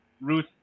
Ruth